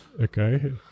Okay